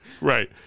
Right